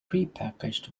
prepackaged